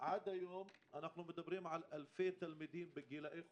עד היום אנחנו מדברים על אלפי תלמידים בגילאי חובה,